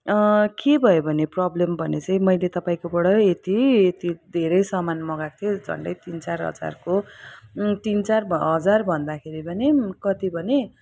के भयो भने प्रबलम भने चाहिँ मैले तपाईँकोबाट यति यति धेरै सामान मगाएको थिएँ झन्डै तिन चार हजारको तिन चार हजार भन्दाखेरि पनि कति भने